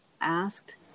asked